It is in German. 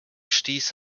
stieß